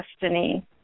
destiny